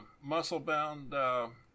muscle-bound